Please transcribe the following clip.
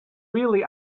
really